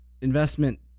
investment